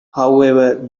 however